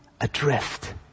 adrift